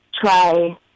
try